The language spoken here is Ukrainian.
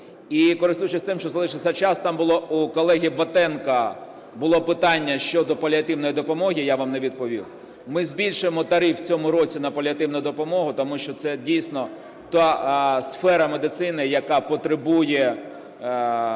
І користуючись тим, що залишився час. Там було у колеги Батенка питання щодо паліативної допомоги. Я вам не відповів. Ми збільшуємо тариф в цьому році на паліативну допомогу, тому що це, дійсно, та сфера медицини, яка потребує